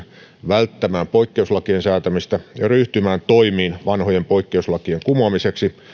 välttämään poikkeuslakien säätämistä ja ryhtymään toimiin vanhojen poikkeuslakien kumoamiseksi